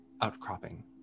outcropping